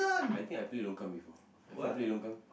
I think I play longkang before have you play longkang